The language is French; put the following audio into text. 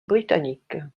britanniques